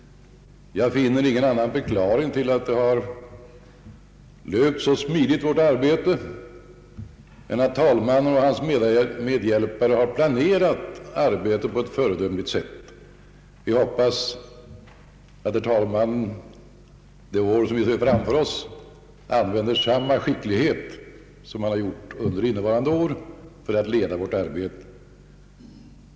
Jag finner ingen annan förklaring till att vårt arbete löpt så smidigt än att herr talmannen och hans medhjälpare har planerat arbetet på ett föredömligt sätt. Vi hoppas att herr tal mannen under det år vi har framför oss ådagalägger samma skicklighet som han har gjort under innevarande år för att leda vårt arbete.